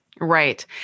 Right